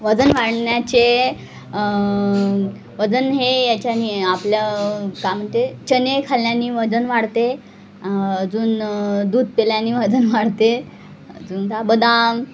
वजन वाढण्याचे वजन हे याच्याने आपलं काय म्हणते चणे खाल्ल्याने वजन वाढते अजून दूध प्याल्याने वजन वाढते अजून त्या बदाम